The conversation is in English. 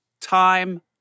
time